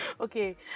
okay